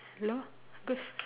hello